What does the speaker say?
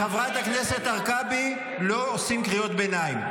לחברת הכנסת הרכבי לא עושים קריאות ביניים.